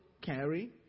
carry